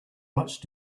much